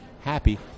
happy